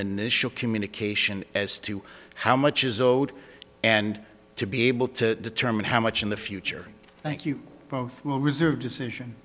the nish of communication as to how much is owed and to be able to determine how much in the future thank you both will reserve decision